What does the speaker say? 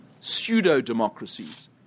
pseudo-democracies